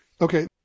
Okay